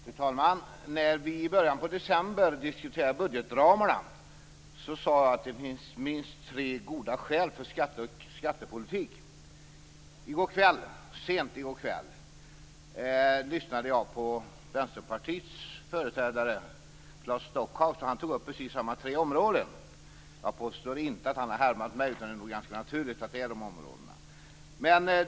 Fru talman! När vi i början på december diskuterade budgetramarna sade jag att det finns minst tre goda skäl för skatter och skattepolitik. Sent i går kväll lyssnade jag på Vänsterpartiets företrädare Claes Stockhaus, och han tog upp precis samma tre områden. Jag påstår inte att han har härmat mig, utan det är nog ganska naturligt att det är de områdena.